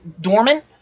dormant